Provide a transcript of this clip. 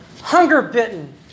Hunger-bitten